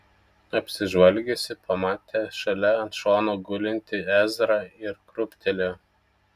apsižvalgiusi pamatė šalia ant šono gulintį ezrą ir krūptelėjo